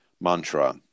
mantra